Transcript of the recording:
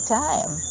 time